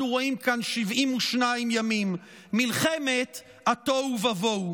רואים כאן 72 ימים: מלחמת התוהו ובוהו.